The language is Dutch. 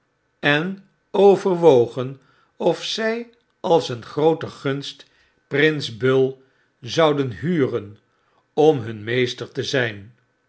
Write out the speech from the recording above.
en onverwogen of zy als een groote gunst prins bull zouden huren om hun meester te zyn